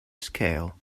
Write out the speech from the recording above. scale